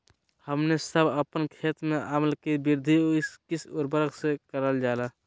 हमने सब अपन खेत में अम्ल कि वृद्धि किस उर्वरक से करलजाला?